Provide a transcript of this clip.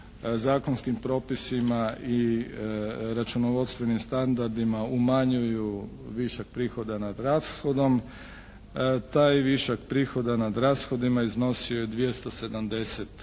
zakonskim propisima i računovodstvenim standardima umanjuju višak prihoda nad rashodom. Taj višak prihoda nad rashodima iznosio je 270